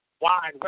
Wide